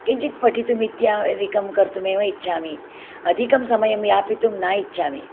किञ्चित् पठितुम् इत्यादिकं कर्तुम् इच्छामि अधिकं समयं यापितुं न इच्छामि